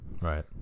right